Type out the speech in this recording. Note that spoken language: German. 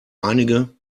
einige